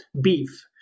beef